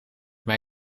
maar